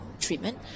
treatment